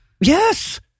yes